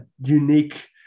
unique